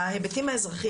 ההיבטים האזרחיים,